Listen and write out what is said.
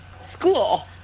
school